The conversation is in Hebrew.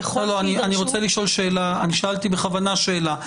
ככל שיידרשו --- שאלתי בכוונה שאלה.